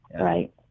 Right